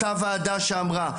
את אותה ועדה שאמרה,